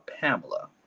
Pamela